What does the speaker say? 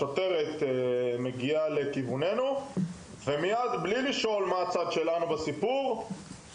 השוטרת הגיעה לעברנו ומבלי לשמוע את הצד שלנו או לברר את הסיפור,